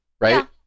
Right